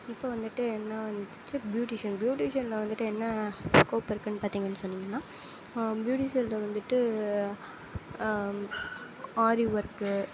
இப்போ வந்துவிட்டு என்ன வந்துவிட்டு பியூட்டிஷன் பியூட்டிஷனில் வந்துவிட்டு என்ன ஸ்கோப் இருக்குன்னு பாத்தீங்கன்னு சொன்னீங்கன்னா பியூட்டிஷனில் வந்துவிட்டு ஆரி ஒர்க்கு